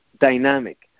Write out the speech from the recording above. dynamic